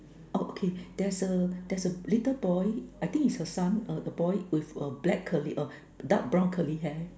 okay there's a there's a little boy I think is her son the boy with black curly dark brown curly hair